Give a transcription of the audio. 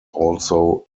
also